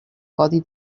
codi